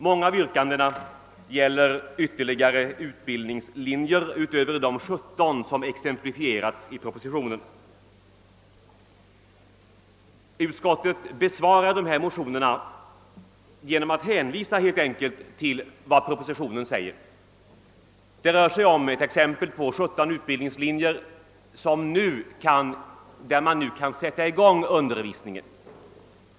Många av yrkandena gäller ytterligare utbildningslinjer utöver de sjutton som exemplifierats i propositionen. Utskottet besvarar dessa motioner genom att helt enkelt hänvisa till vad som sägs i propositionen. Där exemplifieras sjutton utbildningslinjer, på vilka man nu kan sätta i gång undervisningen.